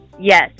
Yes